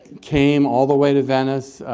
came all the way to venice.